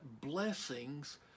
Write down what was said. blessings